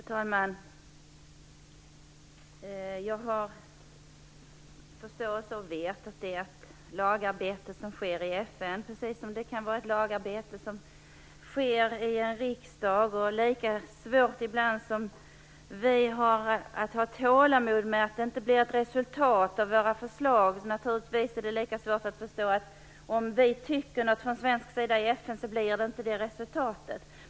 Fru talman! Jag har förståelse för och vet att det är ett lagarbete som sker i FN, precis som det kan vara ett lagarbete som sker i en riksdag. Lika svårt som vi ibland har att ha tålamod med att det inte blir resultat av våra förslag, lika svårt är det naturligtvis att förstå att om vi tycker någonting från svensk sida i FN blir inte det resultatet.